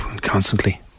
constantly